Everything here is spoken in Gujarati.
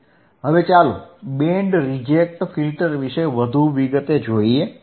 હવે ચાલો બેન્ડ રિજેક્ટ ફિલ્ટર વિશે વધુ જોઈએ